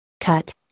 Cut